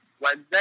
wednesday